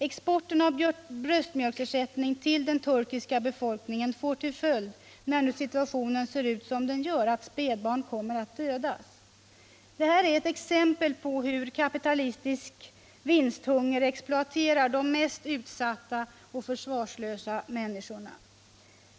Exporten av bröstmjölksersättning till den turkiska befolkningen får till följd, när nu situationen ser ut som den gör, att spädbarn kommer att dödas. Detta är ett exempel på hur kapitalistisk vinsthunger exploaterar de mest utsatta och försvarslösa människorna.